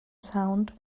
sound